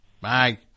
Bye